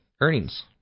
earnings